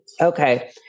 okay